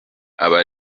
aba